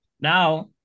now